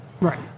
Right